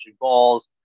balls